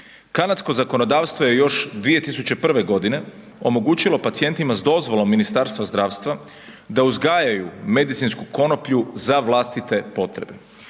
Kanadsko zakonodavstvo je još 2001.g. omogućilo pacijentima s dozvolom Ministarstva zdravstva da uzgajaju medicinsku konoplju za vlastite potrebe.